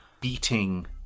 beating